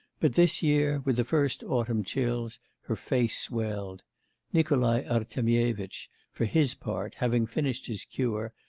but this year with the first autumn chills her face swelled nikolai artemyevitch for his part, having finished his cure,